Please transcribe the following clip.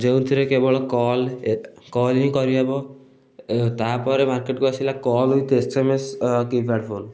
ଯେଉଁଥିରେ କେବଳ call call ହିଁ କରିହେବ ଏ ତା'ପରେ ମାର୍କେଟ୍କୁ ଆସିଲା call with S M S keypad phone